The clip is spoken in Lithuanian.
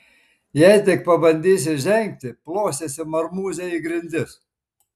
jei tik pabandysi žengti plosiesi marmūze į grindis